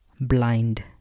Blind